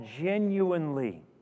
genuinely